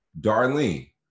Darlene